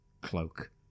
cloak